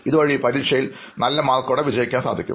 ഇത് വഴി പരീക്ഷയിൽ നല്ല മാർക്കോട് കൂടി വിജയിക്കാൻ സാധിക്കും